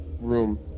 room